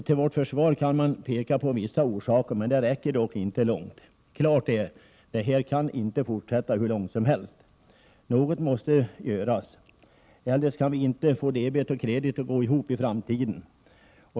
Till vårt försvar kan man peka på vissa orsaker, men det räcker inte långt. Klart är att detta inte kan fortsätta hur långt som helst. Något måste göras, eljest kan vi inte få debet och kredit att gå ihop i framtiden.